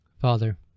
Father